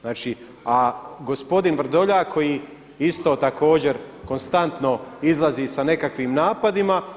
Znači, a gospodin Vrdoljak koji isto također konstantno izlazi sa nekakvim napadima.